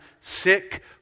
sick